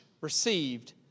received